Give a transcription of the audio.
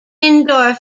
indoor